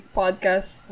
podcast